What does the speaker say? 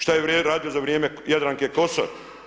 Što je radio za vrijeme Jadranke Kosor?